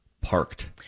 Parked